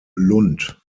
lund